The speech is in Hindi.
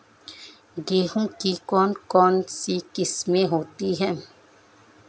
गेहूँ की कौन कौनसी किस्में होती है?